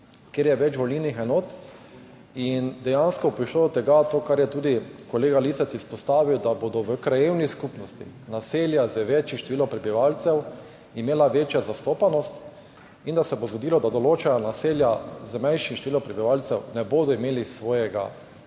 kjer je več volilnih enot, in dejansko bo prišlo do tega, kar je tudi kolega Lisec izpostavil, da bodo v krajevni skupnosti naselja z večjim številom prebivalcev imela večjo zastopanost in da določena naselja z manjšim številom prebivalcev ne bodo imela svojega